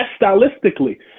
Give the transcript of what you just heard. stylistically